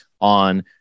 on